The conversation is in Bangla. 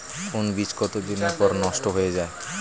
কোন বীজ কতদিন পর নষ্ট হয়ে য়ায়?